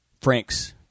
Frank's